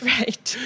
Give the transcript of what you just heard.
right